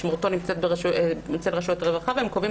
משמורתו נמצאת אצל רשויות הרווחה והם קובעים